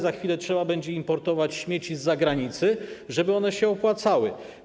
Za chwilę trzeba będzie importować śmieci z zagranicy, żeby one się opłacały.